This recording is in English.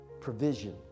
Provision